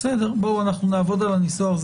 נעבוד על הניסוח.